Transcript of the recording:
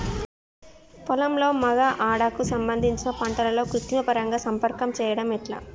పొలంలో మగ ఆడ కు సంబంధించిన పంటలలో కృత్రిమ పరంగా సంపర్కం చెయ్యడం ఎట్ల?